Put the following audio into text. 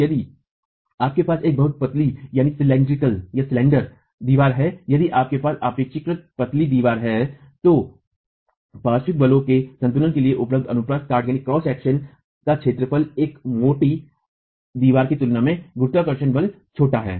यदि आपके पास एक बहुत पतली दीवार है यदि आपके पास अपेक्षाकृत पतली दीवार है तो पार्श्व बलों के संतुलन के लिए उपलब्ध अमुप्रस्थ काट का क्षेत्रफल और एक मोटी दीवार की तुलना में गुरुत्वाकर्षण बल छोटा है